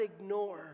ignore